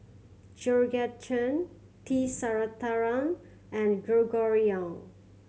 Georgette Chen T Sasitharan and Gregory Yong